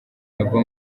ava